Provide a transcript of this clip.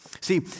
See